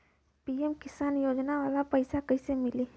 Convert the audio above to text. PM Kisan योजना वाला पैसा कईसे मिली?